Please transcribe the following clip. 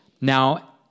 now